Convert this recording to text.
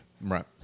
Right